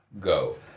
Go